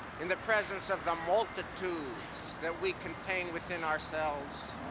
in the presence of the multitudes that we contain within ourselves,